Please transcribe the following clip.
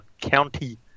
county